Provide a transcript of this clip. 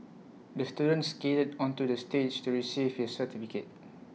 the student skated onto the stage to receive his certificate